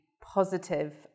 positive